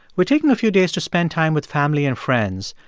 we're taking a few days to spend time with family and friends.